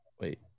wait